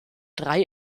drei